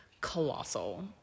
colossal